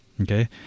okay